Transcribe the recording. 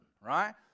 Right